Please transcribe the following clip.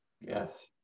yes